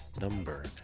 number